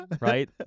right